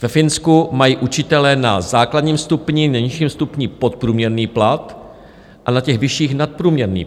Ve Finsku mají učitelé na základním stupni, nejnižším stupni, podprůměrný plat a na těch vyšších nadprůměrný plat.